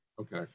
okay